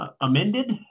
amended